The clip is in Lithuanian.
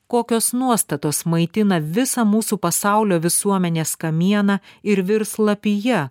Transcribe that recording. kokios nuostatos maitina visą mūsų pasaulio visuomenės kamieną ir virs lapija